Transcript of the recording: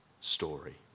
story